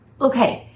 Okay